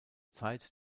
zeit